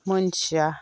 मोनथिया